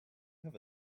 have